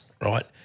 Right